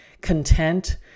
content